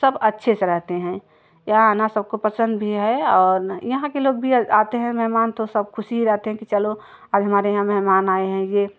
सब अच्छे से रहते हैं यहाँ आना सबको पसंद भी है और यहाँ के लोग भी आते हैं मेहमान तो सब ख़ुशी रहते कि चलो आज हमारे यहाँ मेहमान आए हैं यह